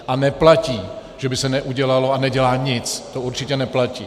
A neplatí, že by se neudělalo a nedělá nic, to určitě neplatí.